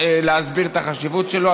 להסביר את החשיבות שלו,